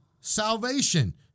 salvation